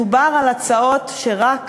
מדובר על הצעות שהן או רק